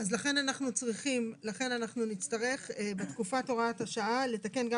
לכן אנחנו נצטרך בתקופת הוראת השעה לתקן גם